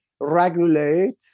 regulate